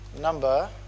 number